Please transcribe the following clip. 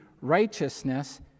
righteousness